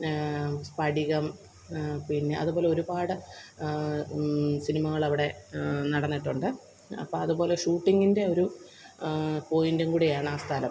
സ്പടികം പിന്നെ അതുപോലെ ഒരുപാട് സിനിമകള് അവിടെ നടന്നിട്ടുണ്ട് അപ്പ അതുപോലെ ഷൂട്ടിങ്ങിന്റെ ഒരു പോയിന്റും കൂടിയാണ് ആ സ്ഥലം